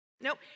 Nope